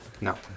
No